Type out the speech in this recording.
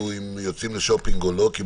ראשונות למעצר ימים ולמעצר עד תום ההליכים מדי שבוע,